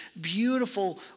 beautiful